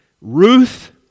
Ruth